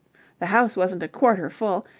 the house wasn't a quarter full,